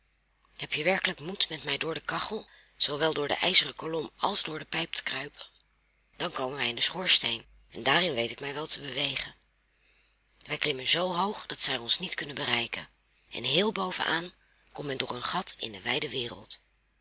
heb je werkelijk moed met mij door de kachel zoowel door de ijzeren kolom als door de pijp te kruipen dan komen wij in den schoorsteen en daarin weet ik mij wel te bewegen wij klimmen zoo hoog dat zij ons niet kunnen bereiken en heel bovenaan komt men door een gat in de wijde wereld